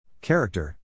Character